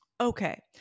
Okay